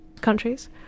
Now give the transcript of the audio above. countries